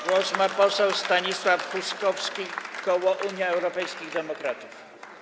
Głos ma poseł Stanisław Huskowski, koło Unii Europejskich Demokratów.